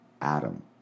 Adam